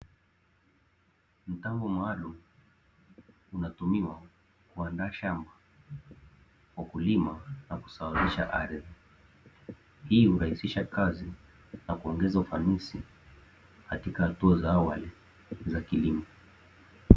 Mtambo maalumu unatumiwa kuandaa shamba kwa kulima na kusawazisha ardhi, hii hurahisisha kazi na kuongeza ufanisi katika hatua za awali za kilimo.